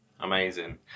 Amazing